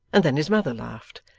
and then his mother laughed,